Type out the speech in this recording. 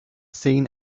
seen